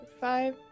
five